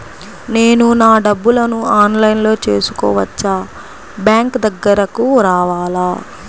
నేను నా డబ్బులను ఆన్లైన్లో చేసుకోవచ్చా? బ్యాంక్ దగ్గరకు రావాలా?